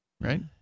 right